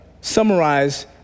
summarize